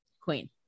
Queen